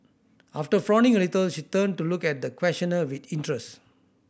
after frowning a little she turned to look at the questioner with interest